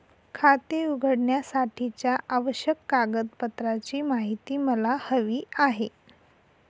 खाते उघडण्यासाठीच्या आवश्यक कागदपत्रांची माहिती मला हवी आहे